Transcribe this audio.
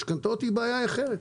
משכנתאות זה בעיה אחרת.